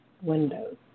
windows